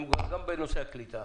גם בנושא הקליטה.